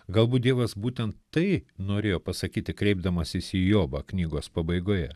galbūt dievas būtent tai norėjo pasakyti kreipdamasis į jobą knygos pabaigoje